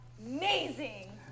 Amazing